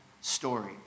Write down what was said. story